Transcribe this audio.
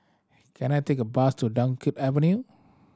can I take a bus to Dunkirk Avenue